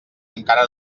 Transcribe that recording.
encara